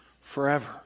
forever